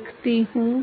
कर चुका हूं